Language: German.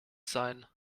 sein